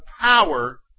power